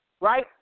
right